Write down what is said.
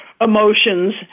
emotions